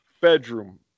bedroom